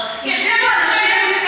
רציניים.